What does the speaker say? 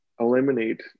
eliminate